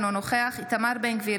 אינו נוכח איתמר בן גביר,